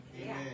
Amen